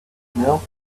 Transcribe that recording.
milk